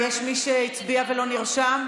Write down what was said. יש מי שהצביע ולא נרשם?